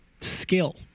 skill